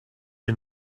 you